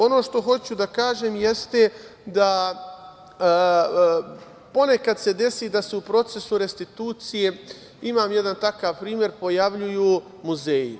Ono što hoću da kažem jeste da se ponekad desi da se u procesu restitucije, imam jedan takav primer, pojavljuju muzeji.